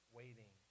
waiting